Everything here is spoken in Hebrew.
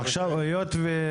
חקלאיים.